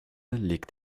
legt